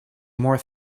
more